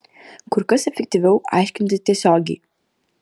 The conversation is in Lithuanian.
kur kas efektyviau aiškintis tiesiogiai